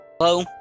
Hello